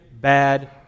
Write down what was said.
bad